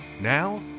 Now